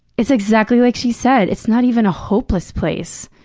it's exactly like she said. it's not even a hopeless place,